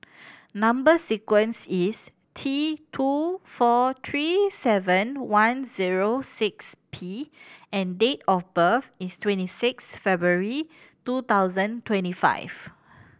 number sequence is T two four three seven one zero six P and date of birth is twenty six February two thousand twenty five